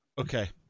Okay